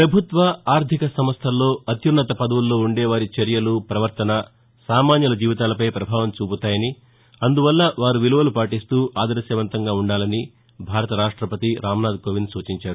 ప్రభుత్వ ఆర్థిక సంస్టల్లో అత్యన్నత పదవుల్లో ఉండేవారి చర్యలు ప్రపర్తన సామాన్యుల జీవితాలపై ప్రభావం చూపుతాయని అందువల్ల వారు విలువలు పాటిస్తూ ఆదర్భవంతంగా ఉ ండాలని భారత రాష్టపతి రామ్నాథ్ కోవింద్ సూచించారు